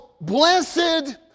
blessed